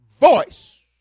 Voice